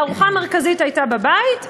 הארוחה המרכזית הייתה בבית,